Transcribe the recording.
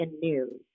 news